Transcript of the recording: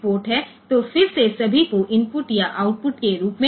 તેથી ફરીથી આ બધું ઇનપુટ અથવા આઉટપુટ તરીકે કરી શકાય છે